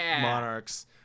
monarchs